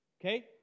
okay